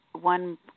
one